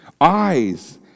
eyes